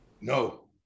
No